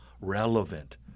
relevant